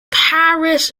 paris